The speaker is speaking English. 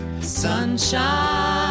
Sunshine